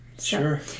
Sure